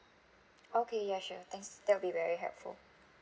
okay ya sure thanks that'll be very helpful